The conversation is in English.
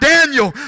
Daniel